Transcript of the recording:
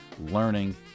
learning